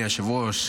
אדוני היושב-ראש,